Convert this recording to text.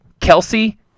kelsey